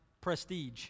prestige